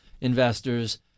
investors